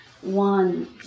one